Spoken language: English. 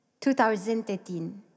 2013